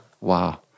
Wow